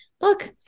look